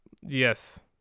yes